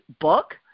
book